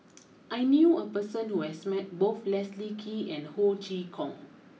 I knew a person who has met both Leslie Kee and Ho Chee Kong